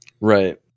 right